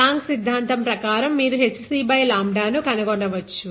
Planck సిద్ధాంతం ప్రకారం మీరు hc𝝀 ను కనుగొనవచ్చు